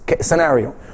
scenario